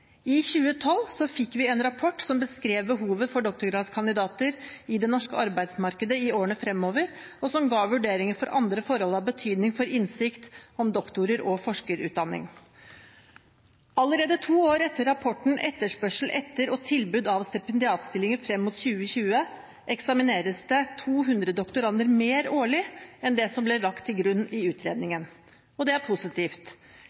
I 2012 fikk vi en rapport som beskrev behovet for doktorgradskandidater i det norske arbeidsmarkedet i årene fremover, og som ga vurderinger av andre forhold av betydning for innsikt om doktorer og forskerutdanning. Allerede to år etter rapporten Etterspørsel etter og tilbud av stipendiatstillinger i Norge frem mot 2020, uteksamineres det 200 doktorander mer årlig enn det som ble lagt til grunn i utredningen. Det er positivt.